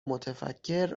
متفکر